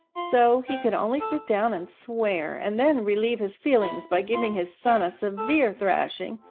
so he could only sit down and swear and then relieve his feelings by giving his son a severe thrashing,